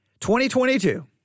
2022